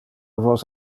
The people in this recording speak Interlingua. vos